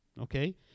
okay